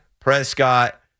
Prescott